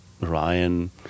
Ryan